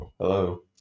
Hello